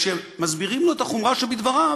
וכשמסבירים לו את החומרה שבדבריו,